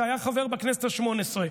שהיה חבר בכנסת השמונה-עשרה,